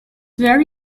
very